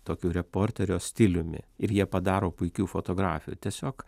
tokiu reporterio stiliumi ir jie padaro puikių fotografijų tiesiog